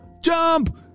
Jump